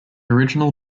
original